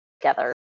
together